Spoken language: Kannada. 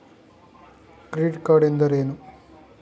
ಕ್ರೆಡಿಟ್ ಕಾರ್ಡ್ ಎಂದರೇನು?